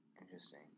Interesting